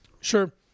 Sure